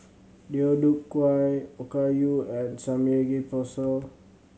Deodeok Gui Okayu and Samgeyopsal